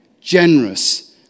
generous